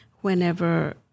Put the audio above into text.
whenever